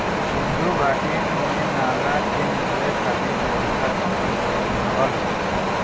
सिन्धु घाटी में नाला के निकले खातिर व्यवस्था करल गयल रहल